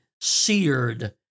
seared